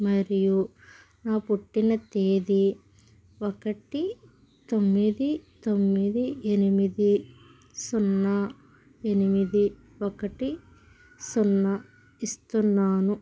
మరియు నా పుట్టిన తేదీ ఒకటి తొమ్మిది తొమ్మిది ఎనిమిది సున్నా ఎనిమిది ఒకటి సున్నా ఇస్తున్నాను